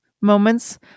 moments